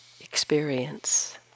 experience